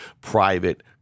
private